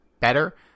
Better